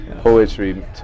poetry